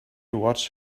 watched